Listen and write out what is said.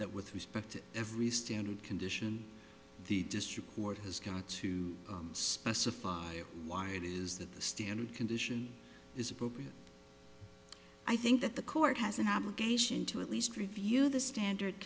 that with respect to every standard condition the district court has got to specify why it is that the standard condition is appropriate i think that the court has an obligation to at least review the standard